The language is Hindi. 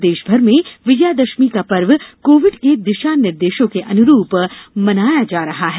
प्रदेशभर में विजयादशमी का पर्व कोविड के दिशा निर्देशों के अनुरूप मनाया जा रहा है